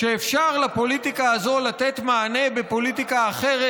שאפשר לתת מענה לפוליטיקה הזאת בפוליטיקה אחרת,